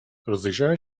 rozejrzałem